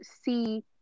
see